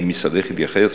האם משרדך התייחס?